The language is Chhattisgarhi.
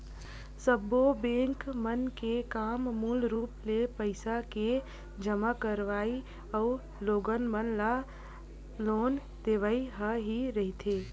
सब्बो बेंक मन के काम मूल रुप ले पइसा के जमा करवई अउ लोगन मन ल लोन देवई ह ही रहिथे